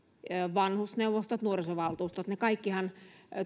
vanhusneuvostot nuorisovaltuustot ne kaikkihan